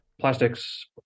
Plastics